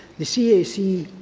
the cac,